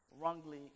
wrongly